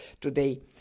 today